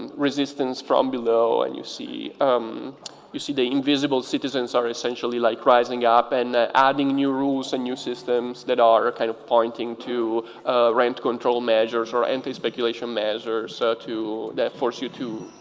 resistance from below and you see um you see the invisible citizens are essentially like rising up and adding new rules and new systems that are ah kind of pointing to rent control measures or anti-speculation measures so to force you to